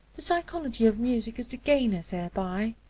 the psychology of music is the gainer thereby.